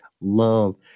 love